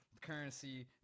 currency